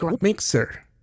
mixer